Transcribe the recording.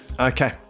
Okay